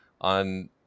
on